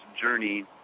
journey